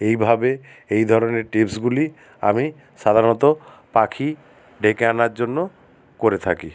এইভাবে এই ধরনের টিপসগুলি আমি সাধারণত পাখি ডেকে আনার জন্য করে থাকি